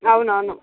అవునవును